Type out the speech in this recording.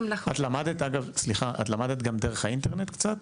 את למדת גם דרך האינטרנט קצת?